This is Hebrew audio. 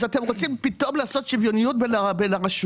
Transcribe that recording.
אז פתאום אתם רוצים לעשות שוויוניות בין הרשויות?